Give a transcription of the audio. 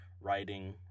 writing